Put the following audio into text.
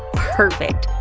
perfect!